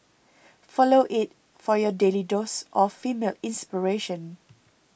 follow it for your daily dose of female inspiration